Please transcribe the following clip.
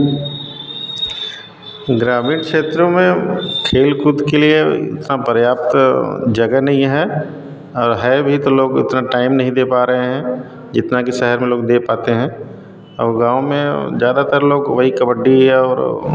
ग्रामीण क्षेत्रों में खेल कूद के लिए उतना पर्याप्त जगह नहीं है और है भी तो लोग उतना टाइम नहीं दे पा रहे हैं जितना कि शहर में लोग दे पाते हैं और गाँव में ज़्यादातर लोग वही कबड्डी